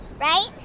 right